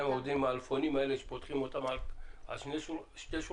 עדיין עובדים עם האלפונים האלה שפותחים אותם על שני שולחנות?